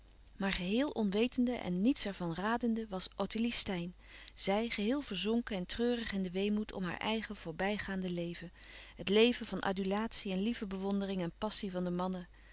maar geheel onwetende en niets ervan radende was ottilie steyn zij geheel verzonken en treurig in den weemoed om haar eigen voorbij gaande leven het leven van adulatie en lieve bewondering en passie van de mannen